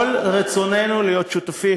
כל רצוננו להיות שותפים